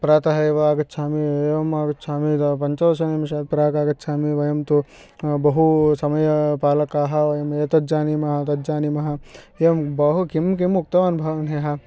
प्रातः एव आगच्छामि एवम् आगच्छामि पञ्चनिमेषात् प्राक् आगच्छामि वयं तु बहुसमयपालकाः वयम् एतज्जानीमः तज्जानीमः एवं बहु किं किम् उक्तवान् भवान् ह्यः